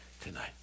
tonight